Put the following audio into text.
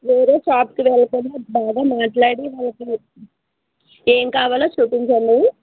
వేరే షాప్కి వెళ్ళకుండా బాగా మాట్లాడి వాళ్ళకి ఏం కావాలో చూపించండి